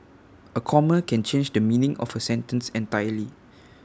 A comma can change the meaning of A sentence entirely